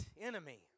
enemy